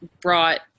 brought